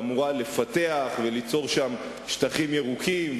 שאמורה לפתח וליצור שם שטחים ירוקים,